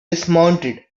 dismounted